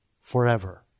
forever